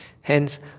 Hence